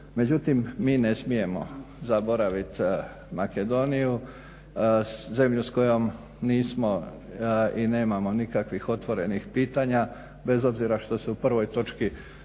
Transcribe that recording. Međutim mi ne smijemo zaboraviti Makedoniju, zemlju s kojom nismo i nemamo nikakvih otvorenih pitanja, bez obzira što se u prvoj točki